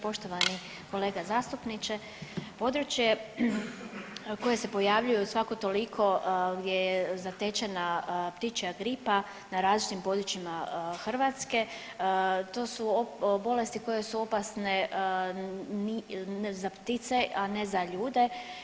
Poštovani kolega zastupniče područje koje se pojavljuje svako toliko gdje je zatečena ptičja gripa na različitim područjima Hrvatske, to su bolesti koje su opasne za ptice, a ne za ljude.